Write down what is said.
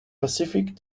pacific